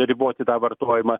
riboti tą vartojimą